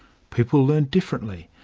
people learn differently,